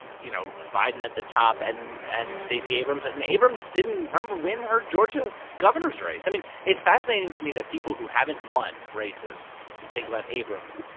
you know, biden at the top and and stacey abrams? and abrams didn't, remember, win her georgia governor's race. i mean, it's fascinating to me that people who haven't won races and think about abrams,